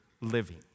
living